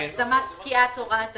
זה הקדמת פקיעת הוראת השעה.